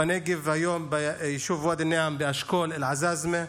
בנגב היום, ביישוב ואדי א-נעם באשכול אל-עזאזמה,